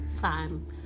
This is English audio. time